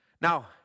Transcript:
Now